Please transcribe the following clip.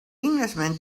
englishman